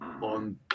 on